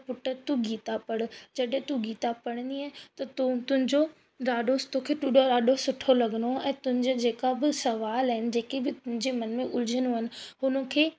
त पुट तूं गीता पढ़ जॾहिं तूं गीता पढ़ंदीअ त तू तुंहिंजो ॾाढो तोखे तुडो ॾाढो सुठो लॻंदो ऐं तुंहिंजे जेका बि सुवाल आहिनि जेके बि तुंहिंजे मन में उलझनूं आहिनि हुन खे